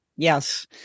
Yes